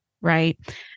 right